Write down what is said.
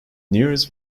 nearest